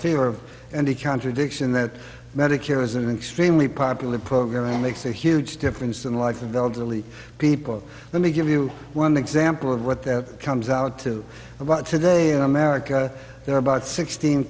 fear of any contradiction that medicare is an extremely popular program makes a huge difference unlike the delta elite people let me give you one example of what that comes out to about today in america there are about sixteen